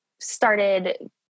started